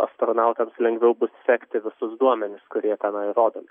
astronautams lengviau bus sekti visus duomenis kurie na rodomi